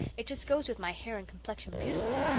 it just goes with my hair and complexion beautifully,